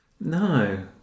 No